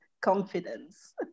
confidence